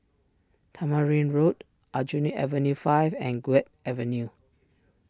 Tamarind Road Aljunied Avenue five and Guok Avenue